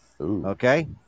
Okay